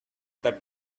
that